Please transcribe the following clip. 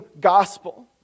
gospel